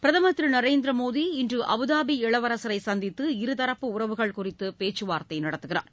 பிரதம் ் திரு நரேந்திர மோடி இன்று அபுதாபி இளவரசரை சந்தித்து இருதரப்பு உறவுகள் குறித்து பேச்சுவார்த்தை நடத்துகிறார்